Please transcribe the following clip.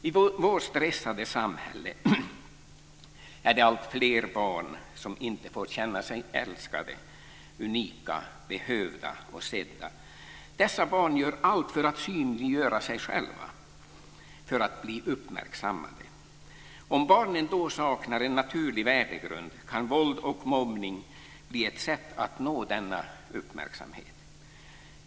I vårt stressade samhälle är det alltfler barn som inte får känna sig älskade, unika, behövda och sedda. Dessa barn gör allt för att synliggöra sig själva, för att bli uppmärksammade. Om barnen då saknar en naturlig värdegrund kan våld och mobbning bli ett sätt att nå denna uppmärksamhet.